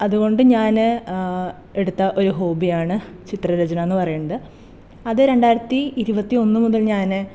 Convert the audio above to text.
അതുകൊണ്ട് ഞാൻ എടുത്ത ഒരു ഹോബിയാണ് ചിത്രരചനാന്ന് പറയണത് അത് രണ്ടായിരത്തി ഇരുപത്തി ഒന്ന് മുതൽ ഞാൻ